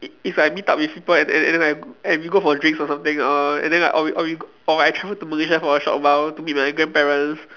it's like meet up with people and and and I and we go for drinks or something or and then like or we or we or I travel to Malaysia for a short while to meet my grandparents